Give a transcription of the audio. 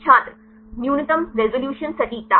छात्र न्यूनतम रिज़ॉल्यूशन सटीकता